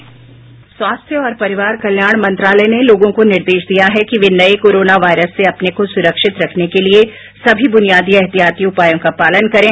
bite स्वास्थ्य और परिवार कल्याण मंत्रालय ने लोगों को निर्देश दिया है कि वे नये कोरोना वायरस से अपने को सुरक्षित रखने के लिए सभी बुनियादी एहतियाती उपायों का पालन करें